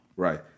Right